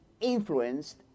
influenced